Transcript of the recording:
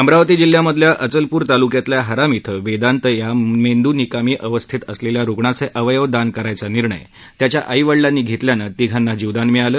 अमरावती जिल्ह्यामधल्या अचलपूर तालुक्यातल्या हराम ध्वे वेदांत या मेंदू निकामी अवस्थेत असलेल्या रुग्णाचे अवयव दान करायचा निर्णय त्यांच्या आईवडिलांनी घेतल्यानं तीघांना जीवदान मिळालं